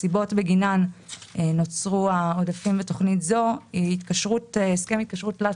הסיבות בגינן נוצרו עודפים בתוכנית זו: הסכם התקשרות תלת